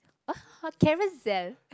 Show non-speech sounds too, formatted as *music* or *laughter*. *noise* Carousell